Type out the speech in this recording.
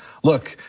look,